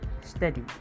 study